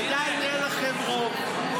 עדיין אין לכם רוב.